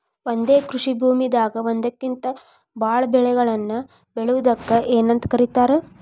ಒಂದೇ ಕೃಷಿ ಭೂಮಿದಾಗ ಒಂದಕ್ಕಿಂತ ಭಾಳ ಬೆಳೆಗಳನ್ನ ಬೆಳೆಯುವುದಕ್ಕ ಏನಂತ ಕರಿತಾರೇ?